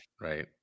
right